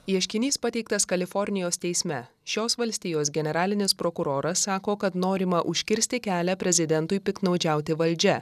ieškinys pateiktas kalifornijos teisme šios valstijos generalinis prokuroras sako kad norima užkirsti kelią prezidentui piktnaudžiauti valdžia